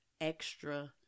extra